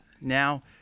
now